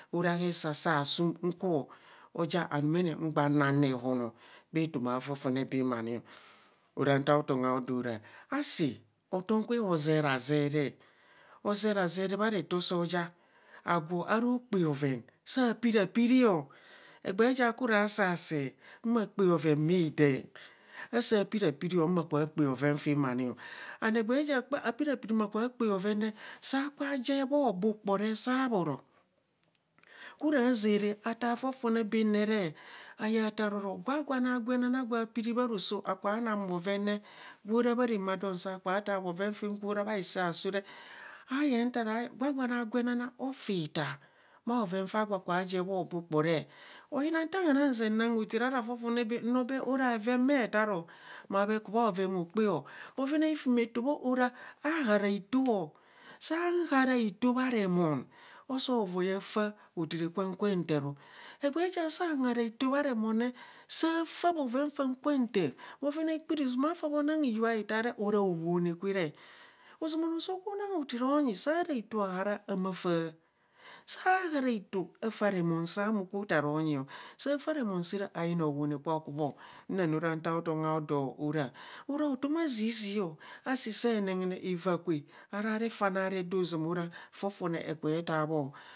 Ora hesasa asum nko o oja anumene ngba nang rofem bhe toma a fofone baam anio ora nta aotam aadoo horah. Asi hotom ikwe hozazere, hozerazeere bha reto so ja, agwo araa okpaa oven, saa piri o egbee ja kura sasee, maa kpaa oven faa ma nio and egbee ja piri a piri maa kuba kpaa oven re saa kuba jer bho obukpo saa bhoro kura zaara ataa fofone baa ne re, ayaa taa raroi gura raa hisee asuu re aayeng tara gwa gwane agwagwanne agwenana ofi taa bha oven faa aguro akuba jer bhobu kpo re, uyina taa hura yeng nang hothere ara fofone baam noo bee ara bheve bee tharao ma bhe ku bha oven hokpạạ o, bhoven a yumeto araa aharaito o, saa hara ito bha remon oso voi afaa hoithere kura ka taa ro, egbe ja kwa haraito bha remon re saa faa bhoven fa kwan taa, bhoven ikpunizuma foo naang hiyubha hitaa re, ora hrowo naa kwere ozamo onoo sokubho nane hothere onyi saara hito ahara hamafaa, saa faa remon saa mo ku taa ronyio, saa faa remon see re ayima saa hoowoone kwa kuba, nene ora nta olom aodoo hora, ora otom a zizii refane anedro ozama ora fofone ado kubo etaa bho